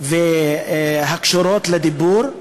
הקשורות לדיבור.